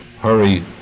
hurry